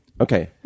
Okay